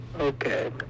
okay